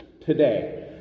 today